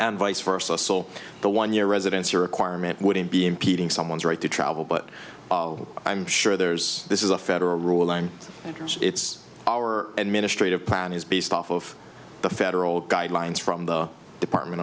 and vice versa so the one year residency requirement wouldn't be impeding someone's right to travel but i'm sure there's this is a federal rule and it's our administrative plan is based off of the federal guidelines from the department